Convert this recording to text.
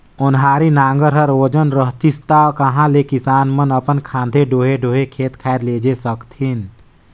ओन्हारी नांगर हर ओजन रहतिस ता कहा ले किसान मन अपन खांधे डोहे डोहे खेत खाएर मे लेइजे सकतिन